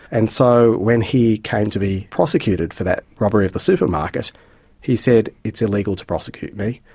and so when he came to be prosecuted for that robbery of the supermarket he said, it's illegal to prosecute me,